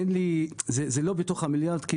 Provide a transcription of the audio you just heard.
זה לא בתוך המיליארד ₪,